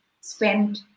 spent